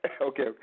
Okay